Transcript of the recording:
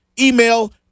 email